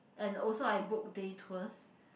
and also I book day tours